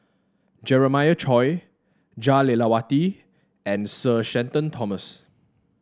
Jeremiah Choy Jah Lelawati and Sir Shenton Thomas